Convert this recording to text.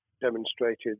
demonstrated